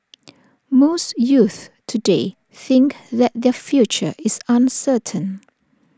most youths today think that their future is uncertain